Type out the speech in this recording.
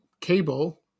cable